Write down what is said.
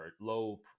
low